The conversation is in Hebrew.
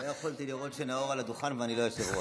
לא יכולתי לראות שנאור על הדוכן ואני לא היושב-ראש.